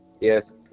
Yes